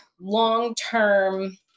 long-term